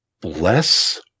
bless